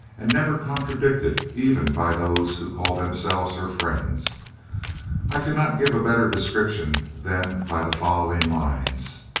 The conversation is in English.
and never contradicted even by those who called themselves her friends i cannot give a better description than by the following lines.